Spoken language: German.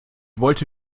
wollte